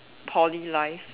poly life